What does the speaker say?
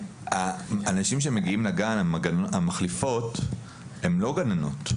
האנשים שמגיעים לגן, המחליפות, הן לא גננות.